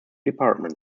department